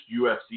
UFC